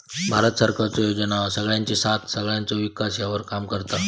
भारत सरकारचे योजना सगळ्यांची साथ सगळ्यांचो विकास ह्यावर काम करता